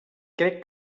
crec